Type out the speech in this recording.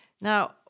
now